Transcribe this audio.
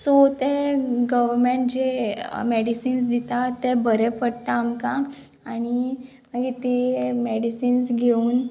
so तें government जे medicines दिता तें बरे पडटा आमकां आनी मागीर ती मॅडिसिन्स घेवन